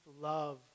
love